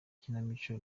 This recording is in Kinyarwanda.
ikinamico